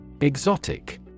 Exotic